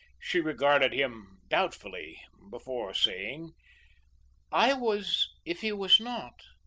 she regarded him doubtfully before saying i was if he was not.